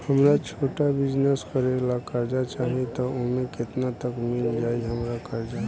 हमरा छोटा बिजनेस करे ला कर्जा चाहि त ओमे केतना तक मिल जायी हमरा कर्जा?